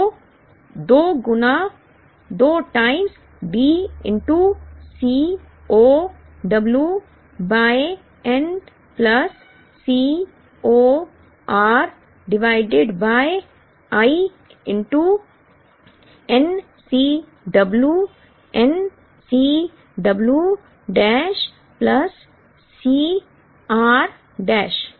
तो 2 गुना time D C 0 w by n plus C 0 r divided by i n C w n C w dash plus C r dash